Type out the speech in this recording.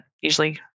usually